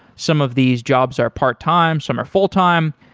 some of these jobs are part time, some are full time.